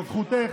זו זכותך.